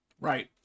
Right